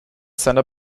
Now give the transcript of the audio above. seiner